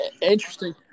Interesting